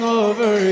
over